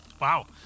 Wow